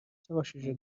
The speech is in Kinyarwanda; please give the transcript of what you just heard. cyabashije